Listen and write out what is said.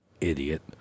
Idiot